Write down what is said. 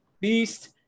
beast